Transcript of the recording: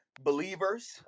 believers